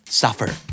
suffer